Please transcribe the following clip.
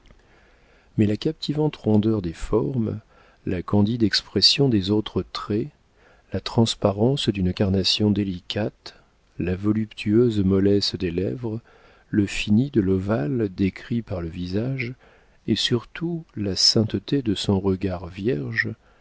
mais la captivante rondeur des formes la candide expression des autres traits la transparence d'une carnation délicate la voluptueuse mollesse des lèvres le fini de l'ovale décrit par le visage et surtout la sainteté de son regard vierge